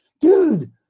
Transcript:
Dude